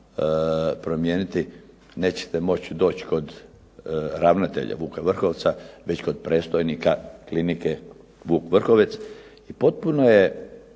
promijeniti, nećete moći doći kod ravnatelja Vuka Vrhovca već kod predstojnika Klinike Vuk Vrhovec. I potpuno je